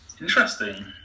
Interesting